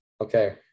Okay